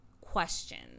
questions